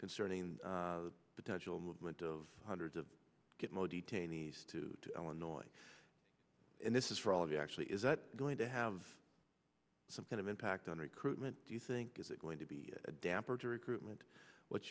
concerning the potential movement of hundreds of get more detainees to illinois and this is for all the actually is that going to have some kind of impact on recruitment do you think is it going to be a damper to recruitment what's